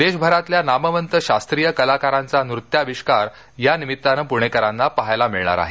देशभरातल्या नामवंत शास्त्रीय कलाकारांचा नृत्याविष्कार या निमित्तानं प्णेकरांना पाहायला मिळणार आहे